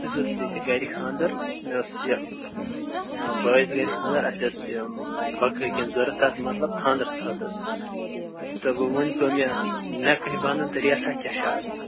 اَسہِ حظ اوس ییٚتہِ گرِ خانٛدر مےٚ اوس مےٚ اوس یہِ بٲیس گر خانٛدر اَسہِ ٲسۍ یِم بکرٕ کیٚنٛہہ ضروٗرت تتھ مطلب خانٛدرس خٲطرٕ تہٕ وۄنۍ ؤنۍتو مےٚ مےٚ کٔہۍ بنَن تہٕ ریٹھا کیٛاہ چھِ اَز